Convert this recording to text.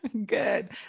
Good